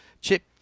Chip